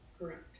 Correct